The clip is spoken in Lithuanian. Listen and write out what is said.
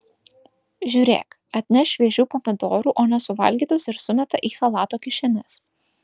žiūrėk atneš šviežių pomidorų o nesuvalgytus ir sumeta į chalato kišenes